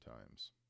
times